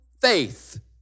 faith